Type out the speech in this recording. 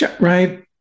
right